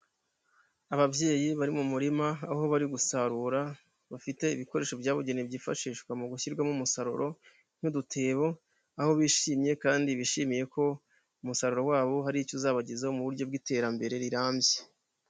Ababyeyi bari mu murima, aho bari gusarura, bafite ibikoresho byabugenewe byifashishwa mu gushyirwamo umusaruro, n'udutebo, aho bishimye kandi bishimiye ko umusaruro wabo hari icyo uzabagezaho mu buryo bw'iterambere rirambye.